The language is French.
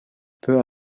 peu